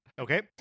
Okay